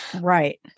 Right